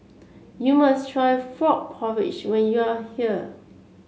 you must try Frog Porridge when you are here